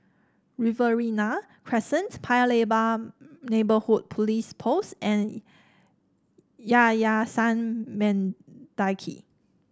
Riverina Crescent Paya Lebar Neighbourhood Police Post and Yayasan Mendaki